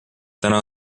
täna